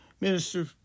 Minister